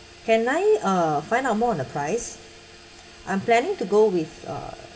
can I uh find out more on the price I'm planning to go with a